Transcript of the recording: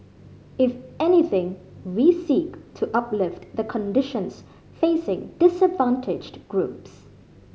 if anything we seek to uplift the conditions facing disadvantaged groups